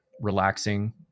relaxing